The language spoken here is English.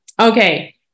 Okay